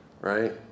right